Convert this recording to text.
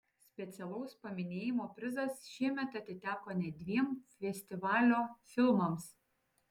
specialaus paminėjimo prizas šiemet atiteko net dviem festivalio filmams